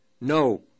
No